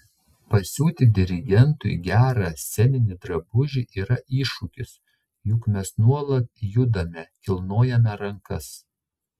pasiūti dirigentui gerą sceninį drabužį yra iššūkis juk mes nuolat judame kilnojame rankas